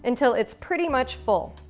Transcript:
until it's pretty much full.